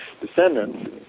descendants